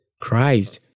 Christ